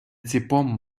ціпом